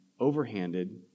overhanded